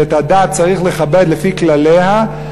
שאת הדת צריך לכבד לפי כלליה,